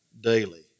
daily